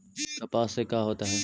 कपास से का होता है?